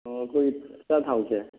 ꯑꯣ ꯑꯩꯈꯣꯏꯒꯤ ꯑꯆꯥꯊꯥꯎꯁꯦ